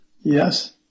Yes